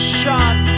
shot